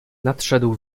nadszedł